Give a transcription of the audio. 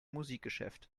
musikgeschäft